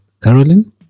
Caroline